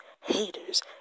haters